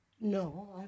No